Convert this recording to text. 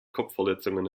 kopfverletzungen